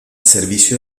servicio